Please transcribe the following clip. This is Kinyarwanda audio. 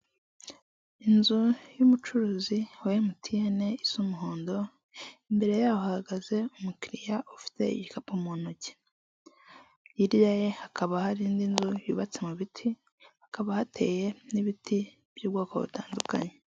Inzu y'umucuruzi wa MTN isa umuhondo, imbere yaho hahagaze umukiriya ufite igikapu mu ntoki. Hirya ye hakaba hari indi nzu yubatse mu biti, hakaba hateye n'ibiti by'ubwoko butandukanye.